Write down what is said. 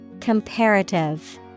Comparative